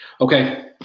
Okay